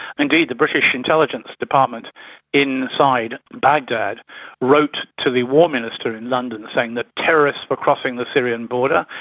indeed the british intelligence department inside baghdad wrote to the war minister in london saying that terrorists were crossing the syrian border,